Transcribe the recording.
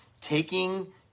taking